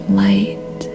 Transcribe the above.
light